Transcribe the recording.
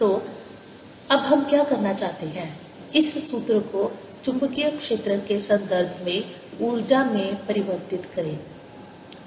तो अब हम क्या करना चाहते हैं इस सूत्र को चुंबकीय क्षेत्र के संदर्भ में ऊर्जा में परिवर्तित करें